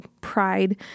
pride